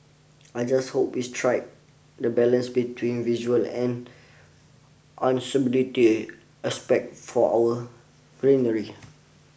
I just hope we strike the balance between visual and usability aspects for our greenery